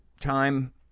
time